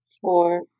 Four